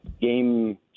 Game